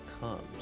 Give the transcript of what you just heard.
comes